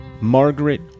Margaret